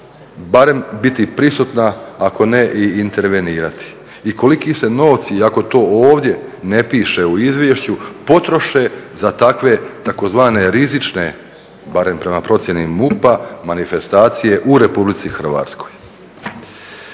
barem biti prisutna ako ne i intervenirati i koliki se novci iako to ovdje ne piše u izvješću potroše za takve tzv. rizične barem prema procjeni MUP-a manifestacije u RH. Ako